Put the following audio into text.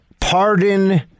Pardon